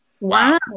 wow